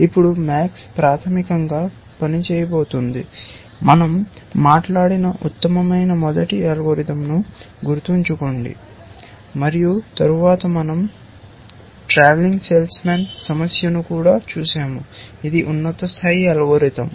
ఇప్పుడు MAX ప్రాథమికంగా పని చేయబడుతోంది మనం మాట్లాడిన ఉత్తమమైన మొదటి అల్గోరిథంను గుర్తుంచుకోండి మరియు తరువాత మనం ట్రావెలింగ్ సేల్స్ మాన్ సమస్యను కూడా చూశాము ఇది ఉన్నత స్థాయి అల్గోరిథం